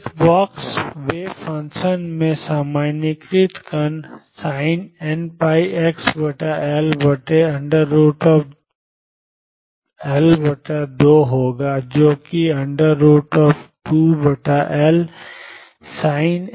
तो एक box wave function में सामान्यीकृत कण sinnπxLL2होगा जो कि 2LsinnπxLहै